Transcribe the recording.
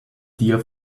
dear